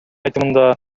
айтымында